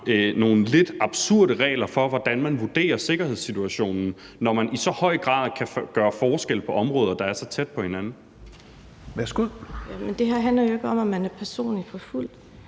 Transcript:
nogle lidt absurde regler for, hvordan man vurderer sikkerhedssituationen, når man i så høj grad kan gøre forskel på områder, der er så tæt på hinanden? Kl. 10:46 Fjerde næstformand